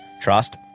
trust